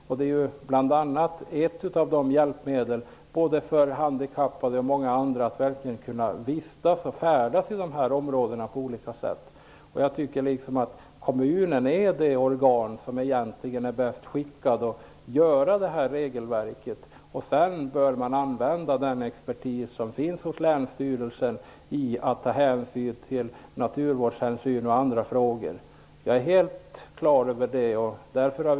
Snöskotrar är ett hjälpmedel för handikappade och andra att vistas och färdas i dessa områden. Jag tycker att kommunen är det organ som egentligen är bäst skickad att skapa regelverket. Sedan bör den expertis som finns hos länsstyrelsen användas för att kunna utöva naturhänsyn osv.